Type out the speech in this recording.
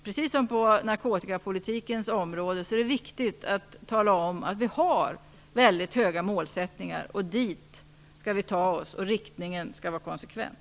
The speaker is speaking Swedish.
Precis som på narkotikapolitikens område är det här viktigt att tala om att vi har väldigt höga mål. Dit skall vi ta oss, och riktningen skall vara konsekvent.